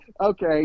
okay